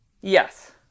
Yes